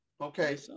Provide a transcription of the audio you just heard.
Okay